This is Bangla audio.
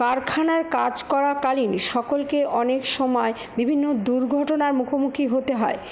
কারখানার কাজ করা কালীন সকলকে অনেক সময়ে বিভিন্ন দুর্ঘটনার মুখোমুখি হতে হয়